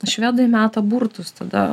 švedai meta burtus tada